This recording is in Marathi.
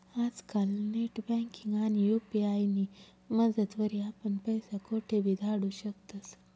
आजकाल नेटबँकिंग आणि यु.पी.आय नी मदतवरी आपण पैसा कोठेबी धाडू शकतस